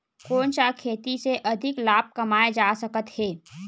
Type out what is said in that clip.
कोन सा खेती से अधिक लाभ कमाय जा सकत हे?